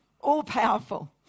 all-powerful